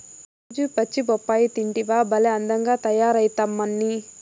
రోజూ పచ్చి బొప్పాయి తింటివా భలే అందంగా తయారైతమ్మన్నీ